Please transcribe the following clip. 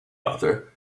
author